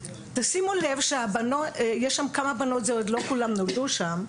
תשימו לב שיש שם כמה בנות, עוד לא כולן נולדו שם,